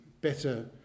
better